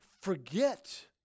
forget